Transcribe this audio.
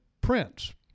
Prince